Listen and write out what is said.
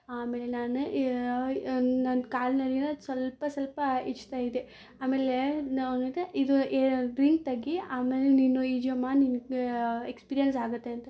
ಆಮೇಲೆ ನಾನು ನನ್ನ ಕಾಲ್ನಲ್ಲಿಯೇ ಸ್ವಲ್ಪ ಸ್ವಲ್ಪ ಈಜ್ತಾ ಇದೆ ಆಮೇಲೆ ಅವ್ನಿದೆ ಇದು ಏ ರಿಂಗ್ ತೆಗಿ ಆಮೇಲೆ ನೀನು ಈಜಮ್ಮ ನಿನ್ನ ಎಕ್ಸ್ಪೀರಿಯನ್ಸ್ ಆಗತ್ತೆ ಅಂತ